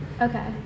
Okay